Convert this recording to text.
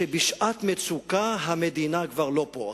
שבשעת מצוקה המדינה כבר לא פה.